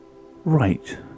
Right